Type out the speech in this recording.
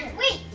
wait,